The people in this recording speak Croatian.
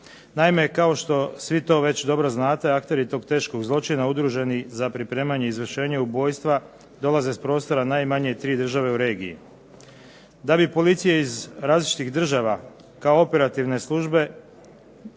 Naime, kao što svi to već dobro znate akteri tog teškog zločina udruženi za pripremanje i izvršenje ubojstva dolaze s prostora najmanje tri države u regiji. Da bi policija iz različitih država kao operativne službe